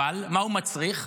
אבל מה הוא מצריך?